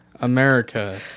America